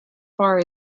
far